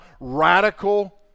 radical